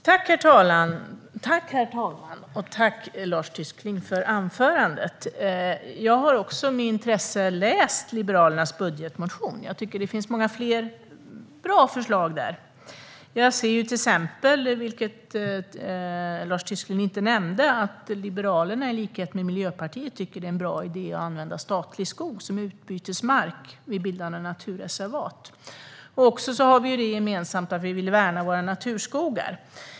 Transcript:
Herr talman! Tack för anförandet, Lars Tysklind! Jag har läst Liberalernas budgetmotion med intresse. Det finns många fler bra förslag där. Till exempel tycker Liberalerna i likhet med Miljöpartiet att det är en bra idé att använda statlig skog som utbytesmark vid bildande av naturreservat, vilket Lars Tysklind inte nämnde. Vi har också det gemensamt att vi vill värna våra naturskogar.